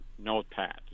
notepad